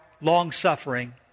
long-suffering